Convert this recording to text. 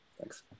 Thanks